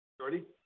Jordy